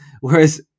Whereas